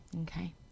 okay